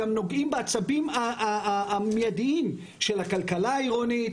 גם נוגעים בעצבים המיידיים של הכלכלה העירונית,